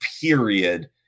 period